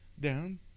down